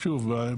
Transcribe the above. שוב,